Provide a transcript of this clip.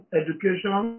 education